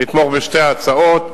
לתמוך בשתי ההצעות,